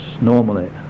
normally